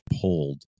pulled